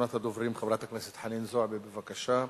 ראשונת הדוברים, חברת הכנסת חנין זועבי, בבקשה.